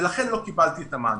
ולכן הוא לא קיבל את המענק.